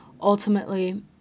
ultimately